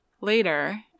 Later